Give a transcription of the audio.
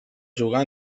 jugar